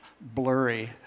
blurry